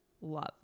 love